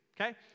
okay